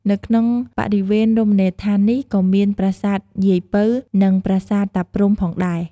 នៅក្នុងបរិវេណរមណីយដ្ឋាននេះ ក៏មាន ប្រាសាទយាយពៅ និង ប្រាសាទតាព្រហ្ម ផងដែរ។